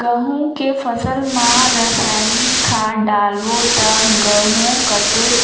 गंहू के फसल मा रसायनिक खाद डालबो ता गंहू कतेक